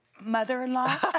mother-in-law